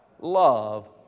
Love